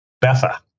Betha